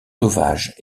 sauvage